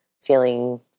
feeling